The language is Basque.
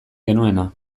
genuena